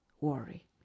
worry